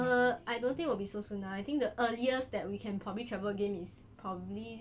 err I don't think will be so soon lah I think the earliest that we can probably travel again is probably